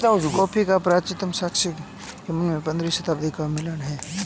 coffee का प्राचीनतम साक्ष्य यमन में पंद्रहवी शताब्दी का मिला है